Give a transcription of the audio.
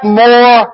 more